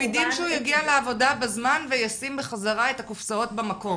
הם מקפידים שהוא יגיע לעבודה בזמן וישים בחזרה את הקופסאות במקום.